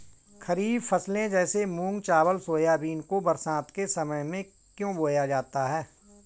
खरीफ फसले जैसे मूंग चावल सोयाबीन को बरसात के समय में क्यो बोया जाता है?